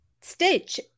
Stitch